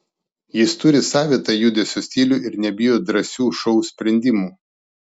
jis turi savitą judesio stilių ir nebijo drąsių šou sprendimų